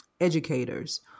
educators